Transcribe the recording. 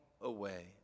away